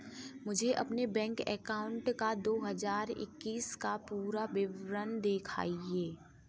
मुझे अपने bank account का दो हज़ार इक्कीस का पूरा विवरण दिखाएँ?